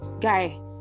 guy